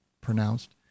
pronounced